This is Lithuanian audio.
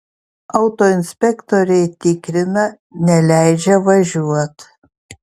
autoinspektoriai tikrina neleidžia važiuot